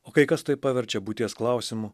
o kai kas tai paverčia būties klausimu